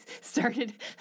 started